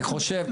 אני חושב,